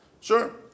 Sure